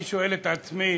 אני שואל את עצמי,